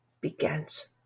begins